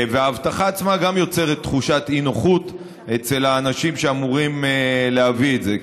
וגם האבטחה עצמה יוצרת תחושת אי-נוחות אצל האנשים שאמורים להביא את זה,